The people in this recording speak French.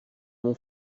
mon